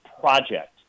project